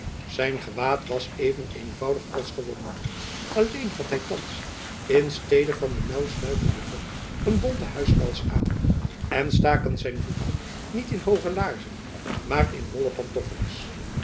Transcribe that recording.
zijn gewaad was even eenvoudig als gewoonlijk alleen had hy thands in stede van den naauwsluitenden rok een bonten huispels aan en staken zijn voeten niet in hooge laarzen maar in wollen pantoffels